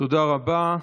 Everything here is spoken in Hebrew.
תודה רבה.